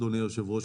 אדוני היושב-ראש,